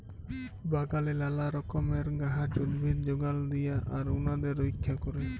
বাগালে লালা রকমের গাহাচ, উদ্ভিদ যগাল দিয়া আর উনাদের রইক্ষা ক্যরা